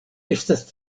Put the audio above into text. estas